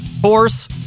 Horse